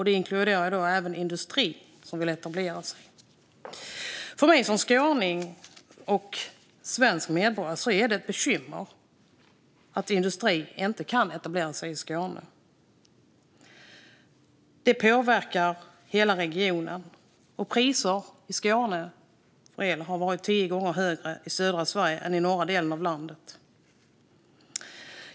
Det inkluderar även industri som vill etablera sig. För mig som skåning och svensk medborgare är det ett bekymmer att industri inte kan etablera sig i Skåne. Det påverkar hela regionen. När det gäller priser för el i Skåne har priset för el varit tio gånger högre i södra Sverige än i norra delar av landet.